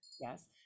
yes